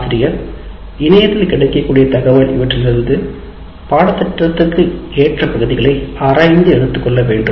ஆசிரியர் இணையத்தில் கிடைக்கக்கூடிய தகவல்கள் இவற்றிலிருந்து பாடத்திட்டத்திற்கு ஏற்ற பகுதிகளை ஆராய்ந்து எடுத்து கொள்ளவேண்டும்